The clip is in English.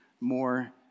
more